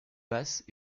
basses